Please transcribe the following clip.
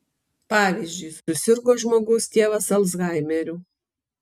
pavyzdžiui susirgo žmogaus tėvas alzhaimeriu